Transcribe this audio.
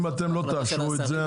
אם אתם לא תאשרו את זה,